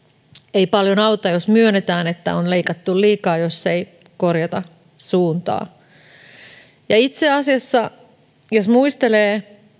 ei paljon auta jos myönnetään että on leikattu liikaa jos ei korjata suuntaa itse asiassa jos muistelee